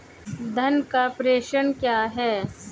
धन का प्रेषण क्या है?